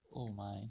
oh my